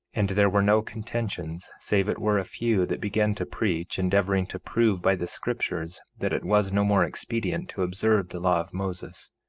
and there were no contentions, save it were a few that began to preach, endeavoring to prove by the scriptures that it was no more expedient to observe the law of moses.